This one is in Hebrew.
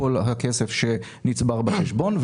כל הכסף שנצבר בחשבון,